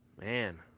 Man